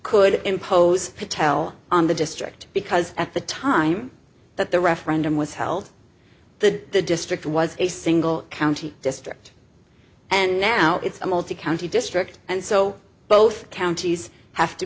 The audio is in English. could impose patel on the district because at the time that the referendum was held the district was a single county district and now it's a multi county district and so both counties have to